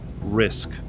risk